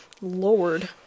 Lord